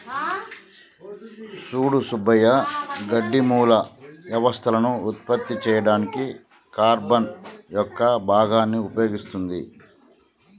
సూడు సుబ్బయ్య గడ్డి మూల వ్యవస్థలను ఉత్పత్తి చేయడానికి కార్టన్ యొక్క భాగాన్ని ఉపయోగిస్తుంది